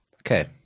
Okay